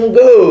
go